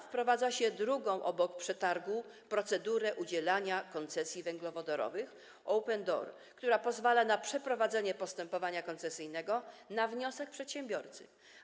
Wprowadza się drugą obok przetargu procedurę udzielania koncesji węglowodorowych open door, która pozwala na przeprowadzenie postępowania koncesyjnego na wniosek przedsiębiorcy.